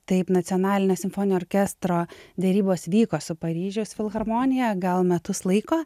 taip nacionalinio simfoninio orkestro derybos vyko su paryžiaus filharmonija gal metus laiko